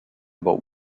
about